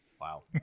Wow